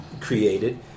created